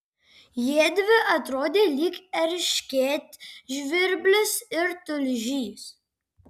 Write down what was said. jiedvi atrodė lyg erškėtžvirblis ir tulžys